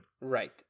Right